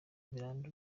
birambo